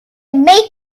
make